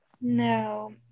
no